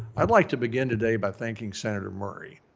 i'd like to begin today by thanking senator murray.